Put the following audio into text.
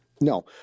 No